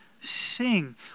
sing